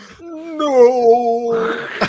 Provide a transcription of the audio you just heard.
No